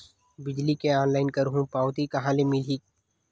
बिजली के ऑनलाइन करहु पावती कहां ले मिलही?